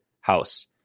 house